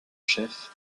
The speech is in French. chef